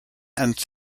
and